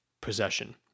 possession